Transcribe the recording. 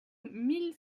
mille